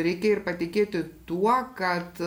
reikia ir patikėti tuo kad